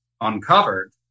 uncovered